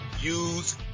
use